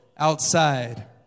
outside